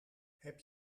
heb